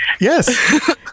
Yes